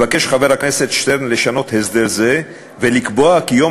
מבקש חבר הכנסת שטרן לשנות הסדר זה ולקבוע כי יום